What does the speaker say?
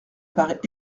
paraît